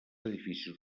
edificis